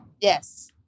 yes